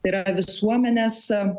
tai yra visuomenės